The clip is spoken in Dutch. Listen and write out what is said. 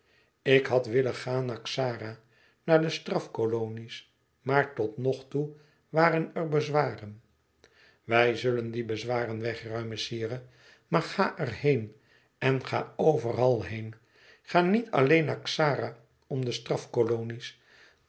ik had willen gaan naar xara naar de strafkolonies maar totnogtoe waren er bezwaren wij zullen die bezwaren wegruimen sire maar ga er heen en ga overal heen ga niet alleen naar xara om de